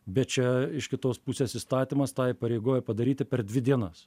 bet čia iš kitos pusės įstatymas tą įpareigoja padaryti per dvi dienas